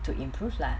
to improve lah